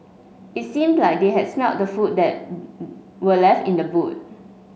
it seemed like they had smelt the food that were left in the boot